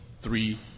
three